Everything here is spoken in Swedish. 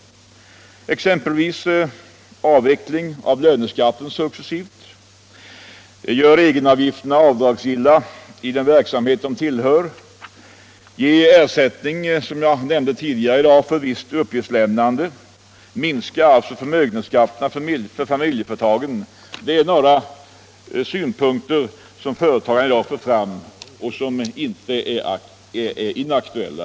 Det gäller åtgärder som en successiv avveckling av löneskatten, att göra egenavgifterna avdragsgilla i den verksamhet de hänför sig till, att ge ersättning — som jag nämnde tidigare i dag — för visst uppgiftslämnande och att minska förmögenhetsskatten för familjeföretagen. Det är några synpunkter som företagarna i dag för fram och som är högaktuella.